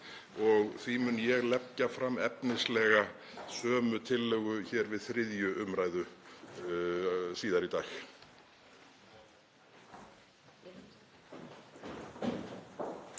og því mun ég leggja fram efnislega sömu tillögu við 3. umræðu síðar í dag.